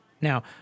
Now